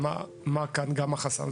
מה החסם כאן?